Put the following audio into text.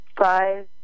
five